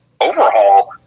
overhaul